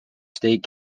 state